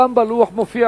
גם בלוח זה מופיע,